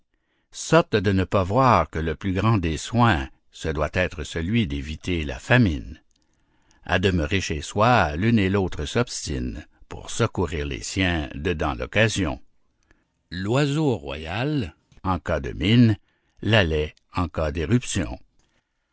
sottes de ne pas voir que le plus grand des soins ce doit être celui d'éviter la famine à demeurer chez soi l'une et l'autre s'obstine pour secourir les siens dedans l'occasion l'oiseau royal en cas de mine la laie en cas d'irruption